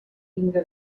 vinga